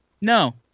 no